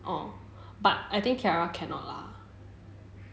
ya but I think tiara cannot